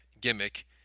gimmick